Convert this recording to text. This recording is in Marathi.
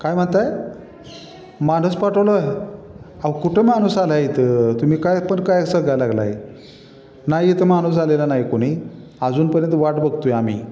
काय म्हणताय माणूस पाठवलं आहे अहो कुठे माणूस आला आहे इथ तुम्ही काय पण काय असं द्याय लागलाय नाही इथं माणूस आलेला नाही कुणी अजूनपर्यंत वाट बघतोय आम्ही